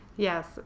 Yes